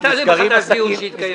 אל תעלה מחדש דיון שהתקיים אתמול.